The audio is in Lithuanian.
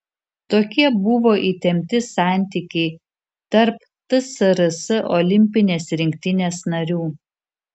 tokie buvo įtempti santykiai tarp tsrs olimpinės rinktinės narių